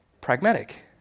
pragmatic